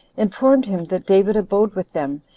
informed him that david abode with them,